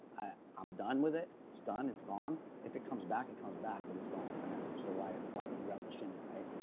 ah i'm done with it. it's done. it's gone. if it comes back it and comes back, but it's gone for now so why why relish in it, right?